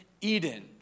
Eden